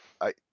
I